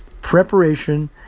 preparation